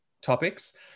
topics